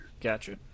gotcha